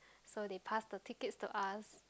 so they pass the tickets to us